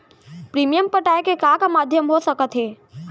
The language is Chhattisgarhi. प्रीमियम पटाय के का का माधयम हो सकत हे?